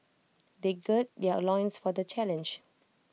they gird their loins for the challenge